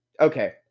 Okay